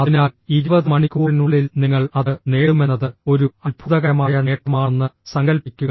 അതിനാൽ 20 മണിക്കൂറിനുള്ളിൽ നിങ്ങൾ അത് നേടുമെന്നത് ഒരു അത്ഭുതകരമായ നേട്ടമാണെന്ന് സങ്കൽപ്പിക്കുക